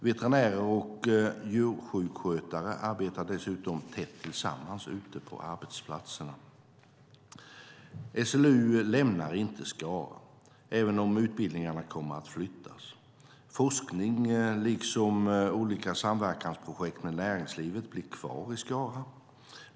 Veterinärer och djursjukskötare arbetar dessutom tätt tillsammans ute på arbetsplatserna. SLU lämnar inte Skara, även om utbildningarna kommer att flyttas. Forskning liksom olika samverkansprojekt med näringslivet blir kvar i Skara.